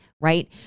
right